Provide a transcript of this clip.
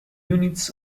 units